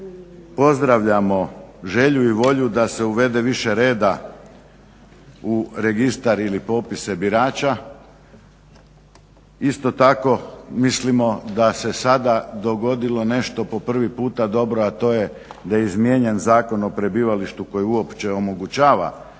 pozdravljamo želju i volju da se uvede više reda u Registar ili popise birača. Isto tako mislimo da se sada dogodilo nešto po prvi puta dobro, a to je da je izmijenjen Zakon o prebivalištu koji uopće omogućava